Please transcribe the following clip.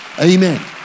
Amen